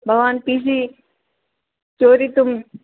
भवान् P C चोरितुं